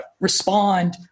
respond